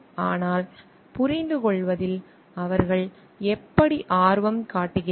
ஆனால் புரிந்து கொள்வதில் அவர்கள் எப்படி ஆர்வம் காட்டுகிறார்கள்